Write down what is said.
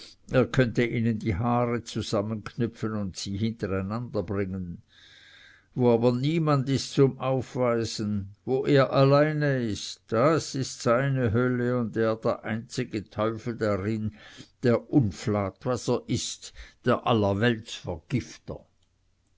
er könnte ihnen die haare zusammenknüpfen und sie hintereinander bringen wo aber niemand ist zum aufweisen wo er alleine ist da ist seine hölle und er der einzige teufel darin der unflat was er ist der